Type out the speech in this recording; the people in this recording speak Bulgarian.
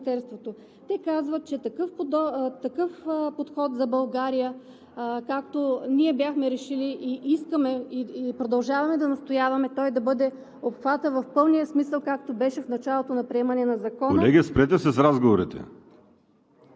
Те казват, че такъв подход за България, както ние бяхме решили, и искаме, и продължаваме да настояваме той да бъде обхватът в пълния смисъл, както беше в началото на приемане на Закона… (Народните представители разговарят